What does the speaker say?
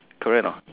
correct or not